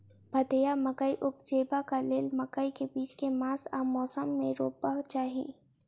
भदैया मकई उपजेबाक लेल मकई केँ बीज केँ मास आ मौसम मे रोपबाक चाहि?